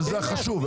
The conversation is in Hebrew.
זה החשוב.